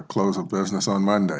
close of business on monday